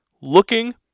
looking